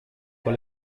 con